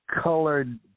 colored